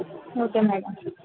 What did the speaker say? okay madam